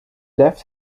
left